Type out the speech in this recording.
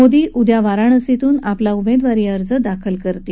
मोदी उद्या वाराणसीतून आपला उमद्विारी अर्ज दाखल करतील